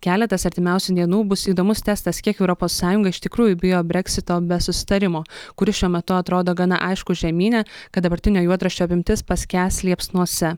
keletas artimiausių dienų bus įdomus testas kiek europos sąjunga iš tikrųjų bijo breksito be susitarimo kuris šiuo metu atrodo gana aiškus žemyne kad dabartinio juodraščio apimtis paskęs liepsnose